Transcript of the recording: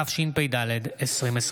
התשפ"ד 2024,